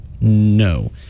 no